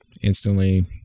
instantly